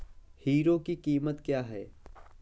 Hero की कीमत क्या है?